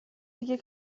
دیگه